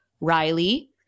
Riley